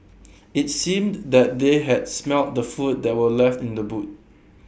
IT seemed that they had smelt the food that were left in the boot